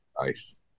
Nice